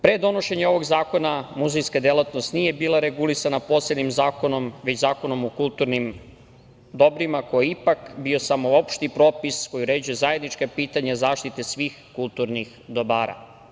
Pre donošenja ovog zakona muzejska delatnost nije bila regulisana posebnim zakonom, već Zakonom o kulturnim dobrima koji je ipak bio samo opšti propis koji uređuje zajednička pitanja zaštite svih kulturnih dobara.